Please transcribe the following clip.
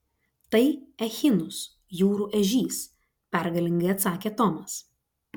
tai echinus jūrų ežys pergalingai atsakė tomas